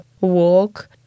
walk